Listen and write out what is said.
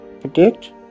predict